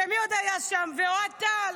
ומי עוד היה שם, ואוהד טל,